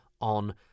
on